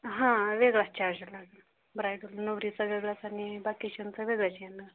हा वेगळाच चार्ज लागेल ब्रायडल नवरीचा वेगळाच आणि बाकीच्यांचा वेगळाच येणार